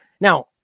Now